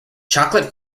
chocolate